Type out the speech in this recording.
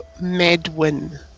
Medwin